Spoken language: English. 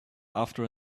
after